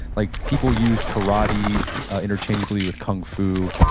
like people used karate interchangeably with kung fu,